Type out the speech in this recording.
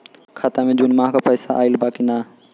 खाता मे जून माह क पैसा आईल बा की ना?